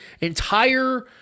entire